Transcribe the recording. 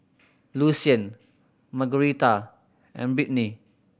Lucien Margaretha and Brittney